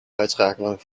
uitschakelen